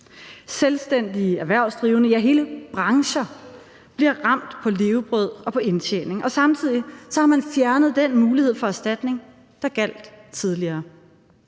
Selvstændige erhvervsdrivende, ja, hele brancher bliver ramt på levebrød og på indtjening, og samtidig har man fjernet den mulighed for erstatning, der gjaldt tidligere.